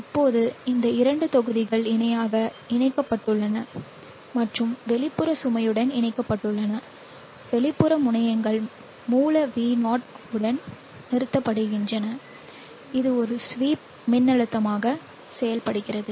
இப்போது இந்த இரண்டு தொகுதிகள் இணையாக இணைக்கப்பட்டுள்ளன மற்றும் வெளிப்புற சுமையுடன் இணைக்கப்பட்டுள்ளன வெளிப்புற முனையங்கள் மூல V0 உடன் நிறுத்தப்படுகின்றன இது ஒரு ஸ்வீப் மின்னழுத்தமாக செயல்படுகிறது